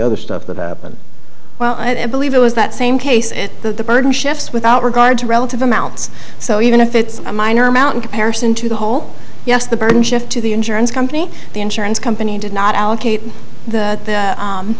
other stuff that happened well i believe it was that same case if the burden shifts without regard to relative amounts so even if it's a minor amount in comparison to the whole yes the burden shifts to the insurance company the insurance company did not allocate the